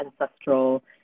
ancestral